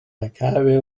acabe